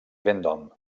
vendôme